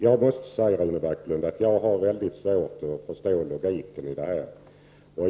Jag måste säga, Rune Backlund, att jag har väldigt svårt att förstå logiken i det.